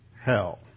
hell